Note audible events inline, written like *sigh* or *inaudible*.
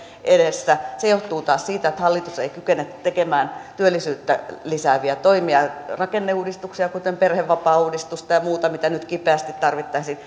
edessä se johtuu taas siitä että hallitus ei kykene tekemään työllisyyttä lisääviä toimia ja rakenneuudistuksia kuten perhevapaauudistusta ja muuta mitä nyt kipeästi tarvittaisiin *unintelligible*